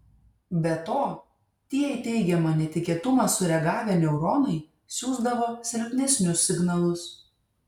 be to tie į teigiamą netikėtumą sureagavę neuronai siųsdavo silpnesnius signalus